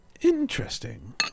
Interesting